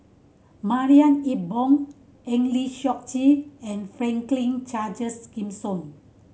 Marie Ethel Bong Eng Lee Seok Chee and Franklin Charles Gimson